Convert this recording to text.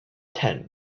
tent